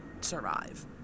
survive